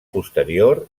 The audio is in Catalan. posterior